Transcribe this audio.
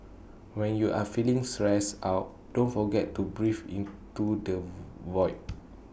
when you are feeling stressed out don't forget to breathe into the void